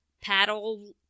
paddle